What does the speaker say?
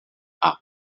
are